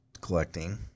collecting